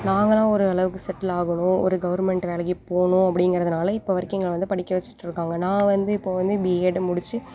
நாங்களாம் ஒரு அளவுக்குச் செட்டில் ஆகணும் ஒரு கவுர்மெண்ட் வேலைக்குப் போகணும் அப்படிங்கறதுனால இப்போ வரைக்கும் எங்களை வந்து படிக்க வச்சிட்ருக்காங்க நான் வந்து இப்போ வந்து பிஎட் முடித்து